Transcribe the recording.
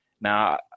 now